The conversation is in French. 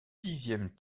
dixième